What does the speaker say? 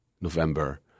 november